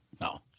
No